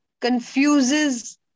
confuses